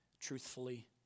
truthfully